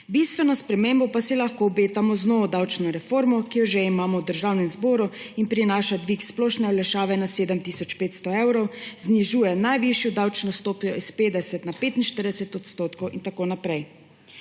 Bistveno spremembo pa si lahko obetamo z novo davčno reformo, ki jo že imamo v Državnem zboru in prinaša dvig splošne olajšave na 7 tisoč 500 evrov, znižuje najvišjo davčno stopnjo s 50 na 45 % in tako naprej.